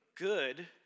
good